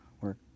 work